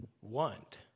want